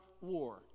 war